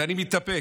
ואני מתאפק.